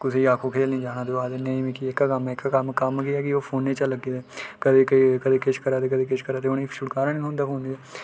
कुसै आक्खो की खेलने गी जाना ते ओह् आखदे नेईं मिगी एह्का कम्म ऐ एह्का कम्म ऐ कम्म कम्म केह् ऐ की ओह् फोनै च गै लग्गे दे करी करी कदें किश करा दे कदें किश करा दे उ'नेंगी छुटकारा निं औंदा फोनै शा